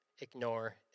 ignore